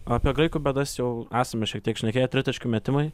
apie graikų bėdas jau esame šiek tiek šnekėję tritaškių metimai